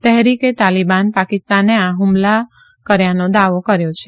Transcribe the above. તહેરીકે તાલીબાન પાકિસ્તાને આ હ્મલો કર્યાનો દાવો કર્યો છે